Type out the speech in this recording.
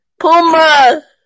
Puma